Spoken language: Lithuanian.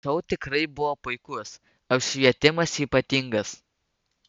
šou tikrai buvo puikus apšvietimas ypatingas